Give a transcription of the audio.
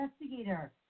investigator